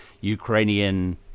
Ukrainian